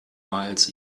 miles